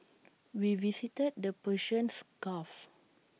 we visited the Persians gulf